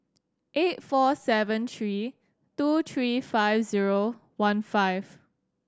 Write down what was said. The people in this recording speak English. eight four seven three two three five zero one five